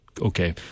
okay